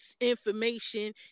information